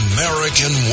American